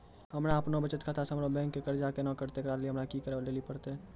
हमरा आपनौ बचत खाता से हमरौ बैंक के कर्जा केना कटतै ऐकरा लेली हमरा कि करै लेली परतै?